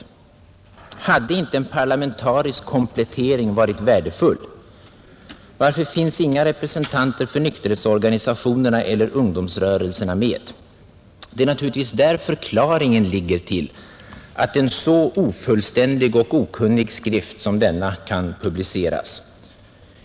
Hade inte en parlamentarisk komplettering varit värdefull? Varför finns inga representanter för nykterhetsorganisationerna eller ungdomsrörelserna med? Det är naturligtvis där förklaringen ligger till att en så ofullständig skrift som denna kan publiceras.